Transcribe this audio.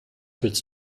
willst